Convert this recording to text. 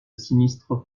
sinistre